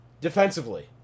Defensively